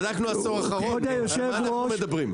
בדקנו עשור אחרון, על מה אנחנו מדברים?